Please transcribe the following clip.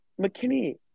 McKinney